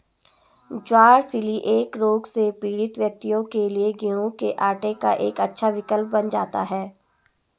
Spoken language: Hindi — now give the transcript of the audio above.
ज्वार सीलिएक रोग से पीड़ित व्यक्तियों के लिए गेहूं के आटे का एक अच्छा विकल्प बन जाता है